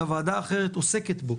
גם ועדה אחרת עוסקת בו.